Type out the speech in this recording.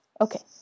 okay